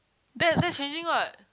that that's changing what